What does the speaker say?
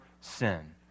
sin